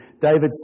David